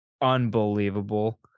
unbelievable